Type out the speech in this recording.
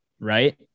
right